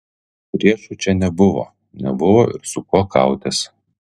priešų čia nebuvo nebuvo ir su kuo kautis